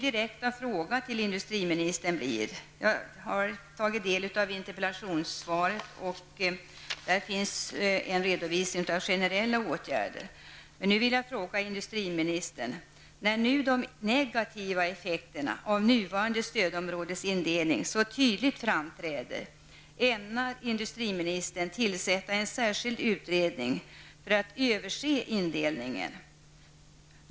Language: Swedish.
Detsamma gäller för Jag har tagit del av interpellationssvaret, där det finns en redovisning av generella åtgärder. Min direkta fråga till industriministern blir då: Ämnar industriministern tillsätta en särskild utredning för att se över indelningen, när nu de negativa effekterna av nuvarande stödområdesindelning framträder så tydligt?